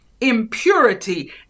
impurity